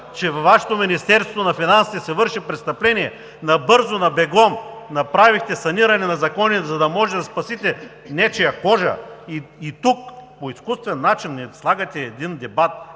че във Вашето Министерство на финансите се върши престъпление, набързо, на бегом направихте саниране на закони, за да може да спасите нечия кожа! Тук по изкуствен начин ни слагате един дебат